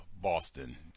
Boston